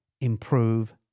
improve